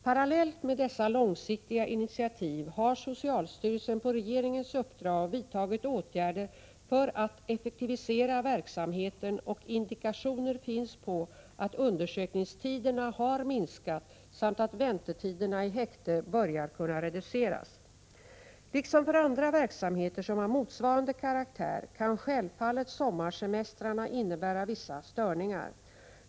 Parallellt med dessa långsiktiga initiativ har socialstyrelsen på regeringens uppdrag vidtagit åtgärder för att effektivisera verksamheten, och indikationer finns på att undersökningstiderna har minskat samt att väntetiderna i häkte börjar kunna reduceras. Liksom för andra verksamheter som har motsvarande karaktär kan självfallet sommarsemestrarna innebära vissa störningar.